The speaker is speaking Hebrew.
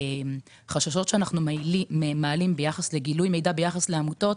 החששות שאנחנו מעלים ביחס לגילוי מידע ביחס לעמותות